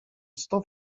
sto